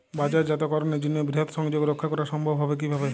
বাজারজাতকরণের জন্য বৃহৎ সংযোগ রক্ষা করা সম্ভব হবে কিভাবে?